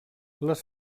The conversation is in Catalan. les